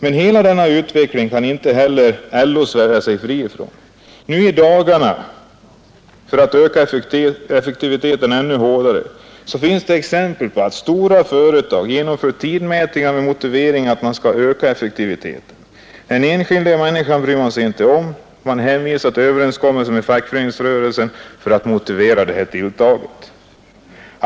Inte heller LO kan svära sig fri från hela denna utveckling. Det förekommer i dessa dagar att stora företag genomför tidmätningar med motiveringen att effektiviteten skall ökas ytterligare. Den enskilda människan bryr man sig inte om. Man hänvisar också till överenskommelser med fackföreningsrörelsen för att motivera ett sådant tilltag.